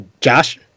Josh